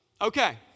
Okay